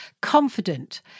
confident